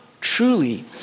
truly